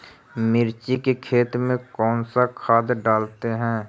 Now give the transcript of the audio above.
मिर्ची के खेत में कौन सा खाद डालते हैं?